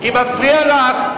אם מפריע לך,